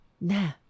nah